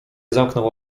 zamknął